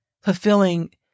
fulfilling